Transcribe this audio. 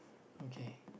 okay